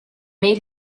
made